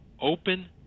open